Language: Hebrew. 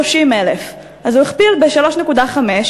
מה הייתה התועלת לאזרחי ישראל?